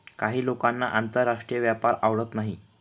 काही लोकांना आंतरराष्ट्रीय व्यापार आवडत नाही